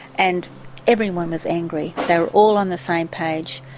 and everyone was angry. they were all on the same page.